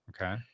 Okay